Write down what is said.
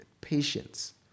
patience